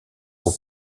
aux